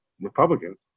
Republicans